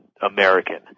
American